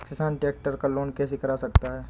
किसान ट्रैक्टर का लोन कैसे करा सकता है?